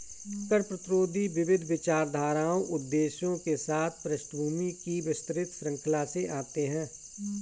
कर प्रतिरोधी विविध विचारधाराओं उद्देश्यों के साथ पृष्ठभूमि की विस्तृत श्रृंखला से आते है